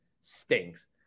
stinks